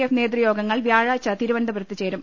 F നേതൃയോഗങ്ങൾ വ്യാഴാഴ്ച തിരുവനന്തപുരത്ത് ചേരും